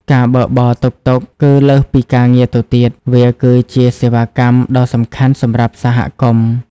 ការបើកបរតុកតុកគឺលើសពីការងារទៅទៀត វាគឺជាសេវាកម្មដ៏សំខាន់សម្រាប់សហគមន៍។